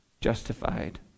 justified